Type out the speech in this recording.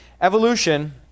Evolution